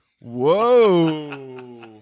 Whoa